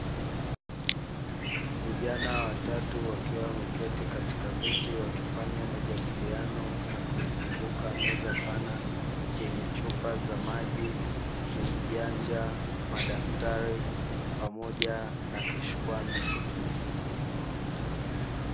Vijana wa tatu, wakiwa wameketi katika viti wakifanya majadiliano na kuizunguka meza pana yenye chupa za maji, simu janja, madaftari pamoja na kishkwambi.